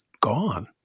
gone